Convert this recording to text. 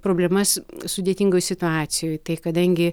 problemas sudėtingoj situacijoj tai kadangi